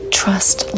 trust